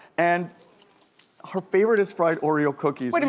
and her favorite is fried oreo cookies. like and